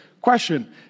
question